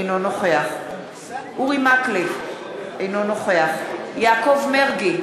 אינו נוכח אורי מקלב, אינו נוכח יעקב מרגי,